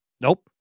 Nope